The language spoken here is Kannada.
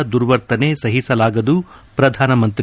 ದುರ್ವತನೆ ಸಹಿಸಲಾಗದು ಪ್ರಧಾನಮಂತ್ರಿ